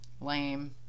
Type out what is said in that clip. lame